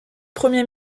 premier